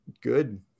good